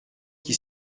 qui